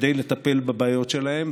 כדי לטפל בבעיות שלהם.